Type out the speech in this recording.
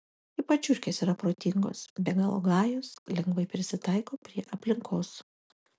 ypač žiurkės yra protingos be galo gajos lengvai prisitaiko prie aplinkos